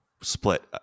split